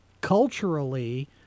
culturally